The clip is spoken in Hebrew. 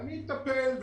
ואני אטפל.